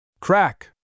Crack